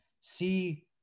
see